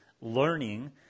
learning